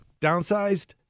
Downsized